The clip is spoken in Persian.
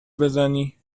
بزنی